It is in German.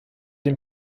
den